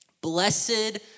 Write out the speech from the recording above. blessed